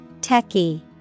Techie